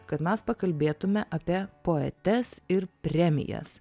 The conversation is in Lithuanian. kad mes pakalbėtume apie poetes ir premijas